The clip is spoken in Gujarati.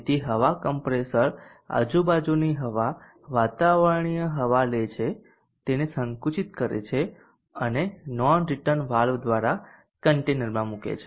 તેથી હવા કમ્પ્રેસર આજુબાજુની હવા વાતાવરણીય હવા લે છે તેને સંકુચિત કરે છે અને નોન રીટર્ન વાલ્વ દ્વારા કન્ટેનરમાં મૂકે છે